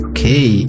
Okay